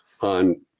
on